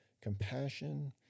compassion